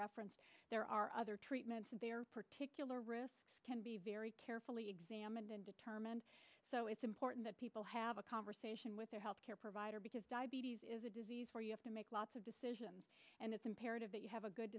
reference there are other treatments in their particular risk can be very carefully examined and determined so it's important that people have a conversation with their health care provider because diabetes is a disease where you have to make lots of decision and it's imperative that you have a good